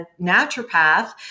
naturopath